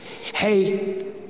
Hey